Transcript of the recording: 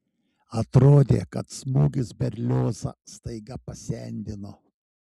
atrodė kad smūgis berliozą staiga pasendino